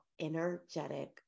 energetic